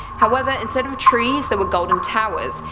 however, instead of trees there were golden towers,